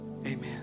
Amen